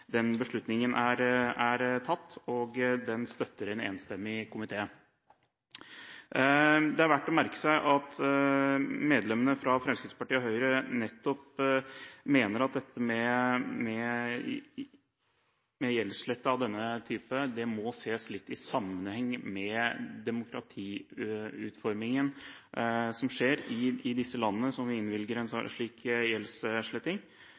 den støtter en enstemmig komité. Det er verdt å merke seg at medlemmene fra Fremskrittspartiet og Høyre nettopp mener at denne typen gjeldsslette må ses litt i sammenheng med demokratiutformingen som skjer i disse landene som vi innvilger en slik gjeldssletting,